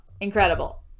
incredible